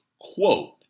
Quote